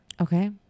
Okay